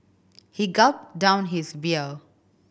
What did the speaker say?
he gulped down his beer